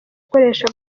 ukoresha